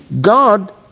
God